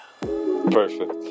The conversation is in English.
Perfect